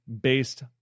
based